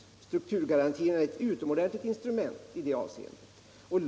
Strukturramarna är ett utomordentligt instrument i det avseendet.